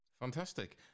Fantastic